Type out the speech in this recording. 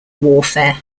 warfare